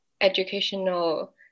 educational